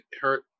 hurt